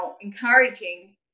encouraging